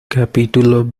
capítulo